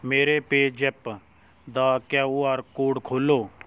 ਮੇਰੇ ਪੇਜੈਪ ਦਾ ਕਿਯੂ ਆਰ ਕੋਡ ਖੋਲ੍ਹੋ